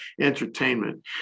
entertainment